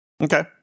Okay